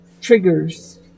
triggers